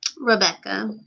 Rebecca